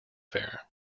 fare